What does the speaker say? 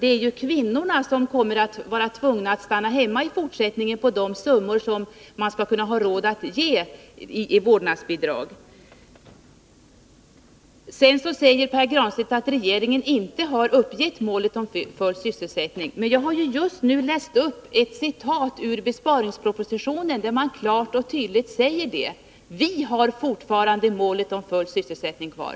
Det blir ju kvinnor som för de summor som man har råd att ge i vårdnadsbidrag kommer att vara tvungna att stanna hemma i fortsättningen. Sedan säger Pär Granstedt att regeringen inte har uppgett målet full sysselsättning. Men jag har ju just nu läst upp ett citat ur besparingspropositionen, där man klart och tydligt säger detta. Vi har fortfarande målet full sysselsättning kvar.